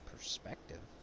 Perspective